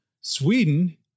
Sweden